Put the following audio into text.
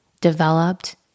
developed